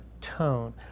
tone